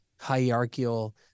hierarchical